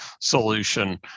solution